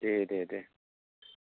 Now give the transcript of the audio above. दे दे दे